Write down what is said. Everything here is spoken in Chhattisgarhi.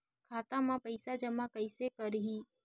खाता म पईसा जमा कइसे करही?